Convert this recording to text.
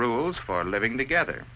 rules for living together